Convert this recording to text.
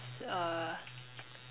uh